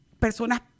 personas